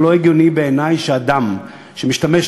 זה לא הגיוני בעיני שאדם שמשתמש,